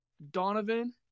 Donovan